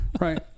Right